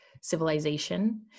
civilization